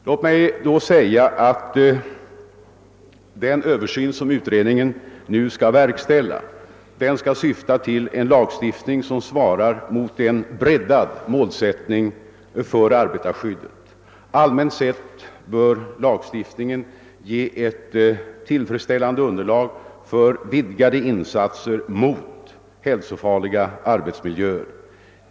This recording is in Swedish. Låt mig då säga att den översyn som utredningen nu skall verkställa skall syfta till en lagstiftning som svarar mot en breddad målsättning för arbetarskyddet. Allmänt sett bör lagstiftningen ge ett tillfredsställande underlag för vidgade insatser mot hälsofarliga arbetsmiljöer.